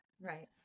Right